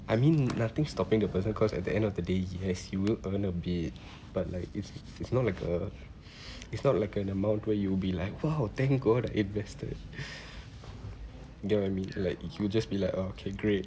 I mean nothing stopping the person cause at the end of the day yes he will earn a bit but like it's it's not like a it's not like an amount where you'll be like !wow! thank god I invested get what I mean like if you just be like oh okay great